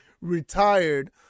retired